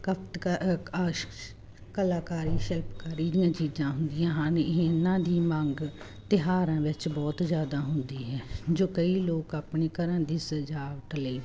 ਖਪਤਕਾ ਆਸ਼ ਕਲਾਕਾਰੀ ਸ਼ਿਲਪਕਾਰੀ ਦੀਆਂ ਚੀਜ਼ਾਂ ਹੁੰਦੀਆਂ ਹਨ ਇਹਨਾਂ ਦੀ ਮੰਗ ਤਿਉਹਾਰਾਂ ਵਿੱਚ ਬਹੁਤ ਜ਼ਿਆਦਾ ਹੁੰਦੀ ਹੈ ਜੋ ਕਈ ਲੋਕ ਆਪਣੇ ਘਰਾਂ ਦੀ ਸਜਾਵਟ ਲਈ